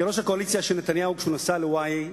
כראש הקואליציה של נתניהו, כשהוא נסע ל"וואי"